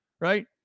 right